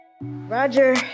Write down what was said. Roger